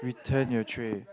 turn your tray